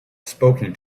spoken